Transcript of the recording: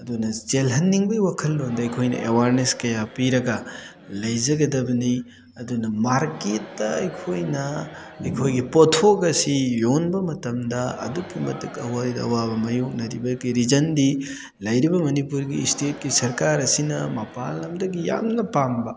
ꯑꯗꯨꯅ ꯆꯦꯜꯍꯟꯅꯤꯡꯕꯩ ꯋꯥꯈꯜꯂꯣꯟꯗ ꯑꯩꯈꯣꯏꯅ ꯑꯦꯋꯥꯔꯅꯦꯁ ꯀꯌꯥ ꯄꯤꯔꯒ ꯂꯩꯖꯒꯗꯕꯅꯤ ꯑꯗꯨꯅ ꯃꯥꯔꯀꯦꯠꯇ ꯑꯩꯈꯣꯏꯅ ꯑꯩꯈꯣꯏꯒꯤ ꯄꯣꯠꯊꯣꯛ ꯑꯁꯤ ꯌꯣꯟꯕ ꯃꯇꯝꯗ ꯑꯗꯨꯛꯀꯤ ꯃꯇꯤꯛ ꯑꯩꯈꯣꯏꯗ ꯑꯋꯥꯕ ꯃꯥꯏꯌꯣꯛꯅꯔꯤꯕꯒꯤ ꯔꯤꯖꯟꯗꯤ ꯂꯩꯔꯤꯕ ꯃꯅꯤꯄꯨꯔꯒꯤ ꯏꯁꯇꯦꯠꯀꯤ ꯁꯔꯀꯥꯔ ꯑꯁꯤꯅ ꯃꯄꯥꯟ ꯂꯝꯗꯒꯤ ꯌꯥꯝꯅ ꯄꯥꯝꯕ